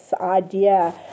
idea